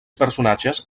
personatges